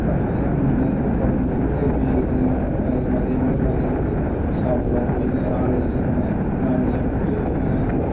பட்டாசெலாம் முடிஞ்ச போட்டு முடிச்சதுக்கப்புறோம் திருப்பி கொஞ்சம் மதியம் போல் மதியம் வந்து சாப்பிடுவோம் வீட்டில நாண்வெஜ் வச்சிருப்பாங்க நாண்வெஜ் சாப்டிட்டு